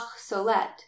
solet